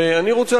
ואני רוצה,